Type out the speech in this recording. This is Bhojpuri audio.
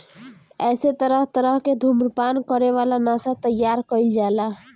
एसे तरह तरह के धुम्रपान करे वाला नशा तइयार कईल जाला